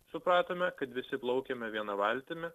supratome kad visi plaukiame viena valtimi